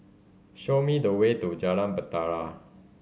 show me the way to Jalan Bahtera